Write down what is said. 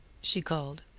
she called.